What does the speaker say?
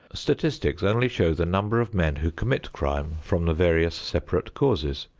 statistics only show the number of men who commit crime from the various separate causes.